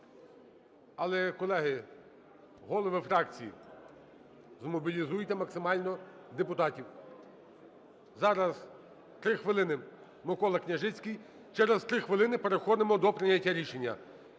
Але, колеги, голови фракцій, змобілізуйте максимально депутатів. Зараз 3 хвилини Микола Княжицький. Через 3 хвилини переходимо до прийняття рішення.